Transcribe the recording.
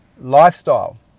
lifestyle